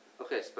Okay